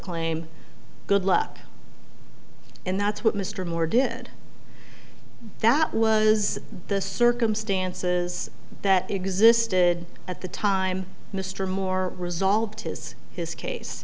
claim good luck and that's what mr moore did that was the circumstances that existed at the time mr moore resolved his his case